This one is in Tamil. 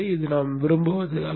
இது நாம் விரும்புவது அல்ல